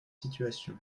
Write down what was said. situation